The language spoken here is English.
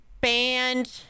band